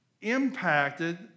impacted